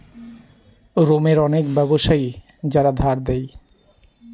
রোমের অনেক ব্যাবসায়ী যারা ধার দেয়